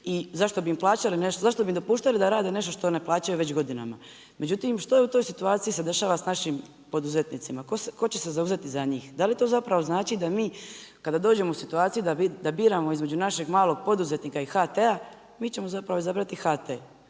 zašto bi im dopuštali da rade nešto što ne plaćaju već godinama. Međutim što u toj situaciji se dešava sa našim poduzetnicima, tko će se zauzeti za njih? Da li to zapravo znači da mi kada dođemo u situaciju da biramo između našeg malog poduzetnika i HT-a, mi ćemo zapravo izabrati HT.